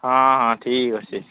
ହଁ ହଁ ଠିକ୍ ଅଛି